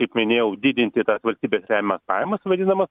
kaip minėjau didinti tas valstybės remiamas pajamas vadinamas